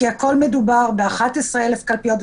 כי מדובר ב-11,000 קלפיות,